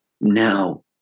Now